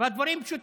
והדברים פשוטים.